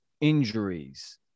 injuries